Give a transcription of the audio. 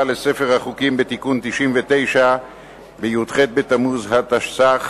לספר החוקים בתיקון 99 בי"ח בתמוז התשס"ח,